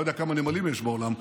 אני לא יודע כמה נמלים יש בעולם.